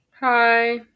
Hi